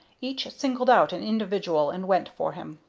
each singled out an individual and went for him.